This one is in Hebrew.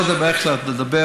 קודם איך לדבר,